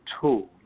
tool